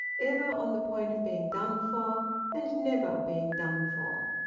ever on the point of being done for and never being done for.